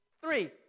three